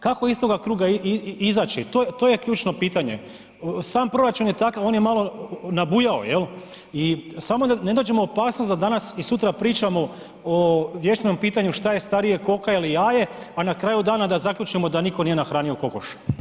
Kako iz toga kruga izaći, to je, to je ključno pitanje, sam proračun je takav, on je malo nabujao jel, i samo da ne dođemo u opasnost da danas i sutra pričamo o vječnom pitanju šta je starije koka ili jaje, a na kraju dana da zaključimo da nitko nije nahranio kokoš.